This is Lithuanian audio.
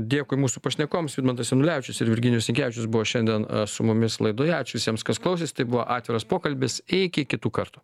dėkui mūsų pašnekovams vidmantas janulevičius ir virginijus sinkevičius buvo šiandien su mumis laidoje ačiū visiems kas klausėsi tai buvo atviras pokalbis iki kitų kartų